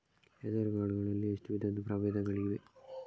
ಹೆಸರುಕಾಳು ಗಳಲ್ಲಿ ಎಷ್ಟು ವಿಧದ ಪ್ರಬೇಧಗಳಿವೆ?